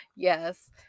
Yes